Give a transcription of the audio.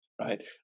Right